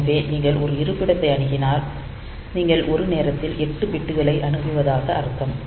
எனவே நீங்கள் ஒரு இருப்பிடத்தை அணுகினால் நீங்கள் ஒரு நேரத்தில் எட்டு பிட்களை அணுகுவதாக அர்த்தம்